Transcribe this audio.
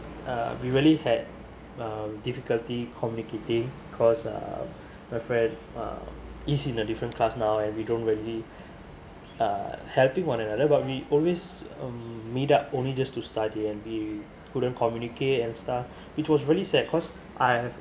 uh we really had uh difficulty communicating cause uh my friend uh is in a different class now and we don't really uh helping one another but we always mm meet up only just to study and we couldn't communicate and stuff which was really sad cause I